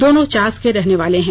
दोनों चास के रहने वाले हैं